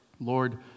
Lord